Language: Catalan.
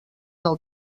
del